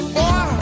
Boy